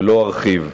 ולא ארחיב,